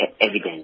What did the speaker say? evidence